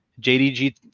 JDG